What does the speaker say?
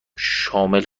شامل